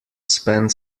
spend